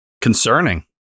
Concerning